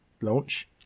launch